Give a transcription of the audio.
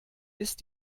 ist